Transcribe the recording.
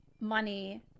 money